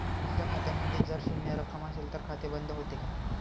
माझ्या खात्यामध्ये जर शून्य रक्कम असेल तर खाते बंद होते का?